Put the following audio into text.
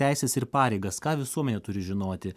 teises ir pareigas ką visuomenė turi žinoti